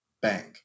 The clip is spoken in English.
bank